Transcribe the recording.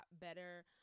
better